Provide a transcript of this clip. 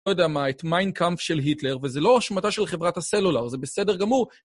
לא יודע מה, את מיינ קאמפף של היטלר, וזה לא השמטה של חברת הסלולר, זה בסדר גמור.